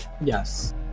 yes